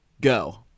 Go